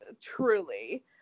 Truly